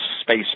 space